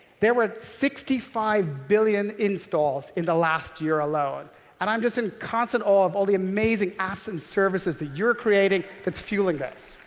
there were sixty five billion installs in the last year alone and i'm just in constant awe of all the amazing apps and services that you're creating that's fueling this.